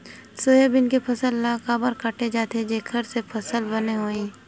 Soybean के फसल ल काबर काटे जाथे जेखर ले फसल बने होही?